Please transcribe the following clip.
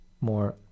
more